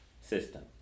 system